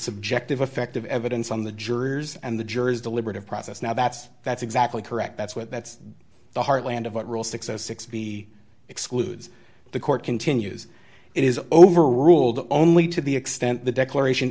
subjective effect of evidence on the jurors and the jury's deliberative process now that's that's exactly correct that's what that's the heartland of what real success six b excludes the court continues it is over ruled only to the extent the declaration